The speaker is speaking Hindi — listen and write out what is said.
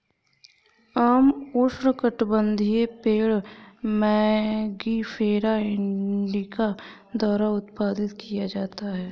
आम उष्णकटिबंधीय पेड़ मैंगिफेरा इंडिका द्वारा उत्पादित किया जाता है